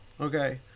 Okay